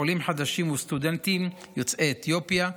עולים חדשים וסטודנטים יוצאי אתיופיה.